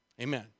Amen